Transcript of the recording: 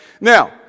Now